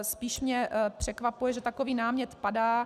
Spíš mě překvapuje, že takový námět padá.